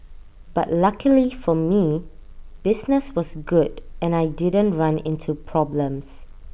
but luckily for me business was good and I didn't run into problems